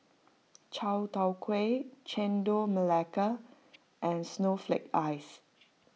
Chai Tow Kuay Chendol Melaka and Snowflake Ice